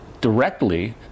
directly